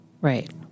Right